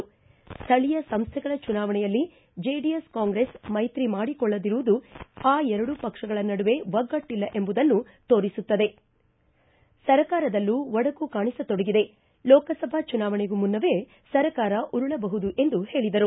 ಸ್ಥಳೀಯ ಸಂಸ್ಥೆಗಳ ಚುನಾವಣೆಯಲ್ಲಿ ಜೆಡಿಎಸ್ ಕಾಂಗ್ರೆಸ್ ಮೈತ್ರಿ ಮಾಡಿಕೊಳ್ಳದಿರುವುದು ಆ ಎರಡು ಪಕ್ಷಗಳ ನಡುವೆ ಒಗ್ಗಟ್ನಲ್ಲ ಎಂಬುದನ್ನು ತೋರಿಸುತ್ತದೆ ಸರ್ಕಾರದಲ್ಲೂ ಒಡಕು ಕಾಣಿಸತೊಡಗಿದೆ ಲೋಕಸಭಾ ಚುನಾವಣೆಗೂ ಮುನ್ನವೇ ಸರ್ಕಾರ ಉರುಳಬಹುದು ಎಂದು ಹೇಳಿದರು